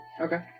Okay